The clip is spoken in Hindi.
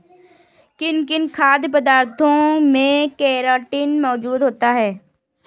किन किन खाद्य पदार्थों में केराटिन मोजूद होता है?